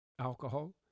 alcohol